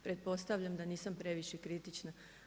Pretpostavljam da nisam previše kritična.